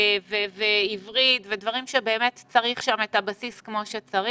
עברית ודברים שצריך את הבסיס כמו שצריך.